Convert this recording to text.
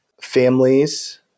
families